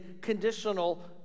conditional